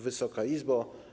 Wysoka Izbo!